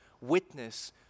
witness